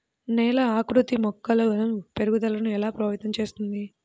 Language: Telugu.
నేల ఆకృతి మొక్కల పెరుగుదలను ఎలా ప్రభావితం చేస్తుంది?